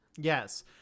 Yes